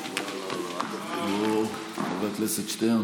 מעצרים) (הוראת שעה,